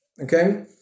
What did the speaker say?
okay